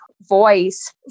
voice